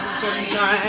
tonight